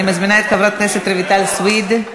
אני מזמינה את חברת הכנסת רויטל סויד.